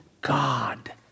God